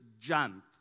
jumped